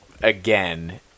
again